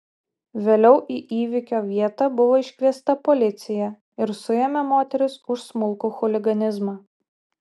vėliau į įvykio vietą buvo iškviesta policija ir suėmė moteris už smulkų chuliganizmą